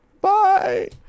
bye